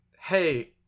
hey